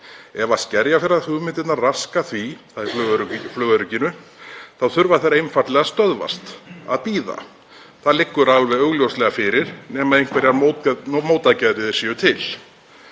Ef Skerjafjarðarhugmyndirnar raska því, þ.e. flugörygginu, þá þurfa þær einfaldlega stöðvast, að bíða. Það liggur alveg augljóslega fyrir nema einhverjar mótaðgerðir séu til.